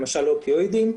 למשל לאופיואידים,